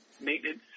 maintenance